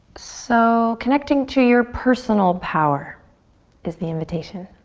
so connecting to your personal power is the invitation.